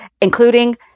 including